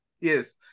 Yes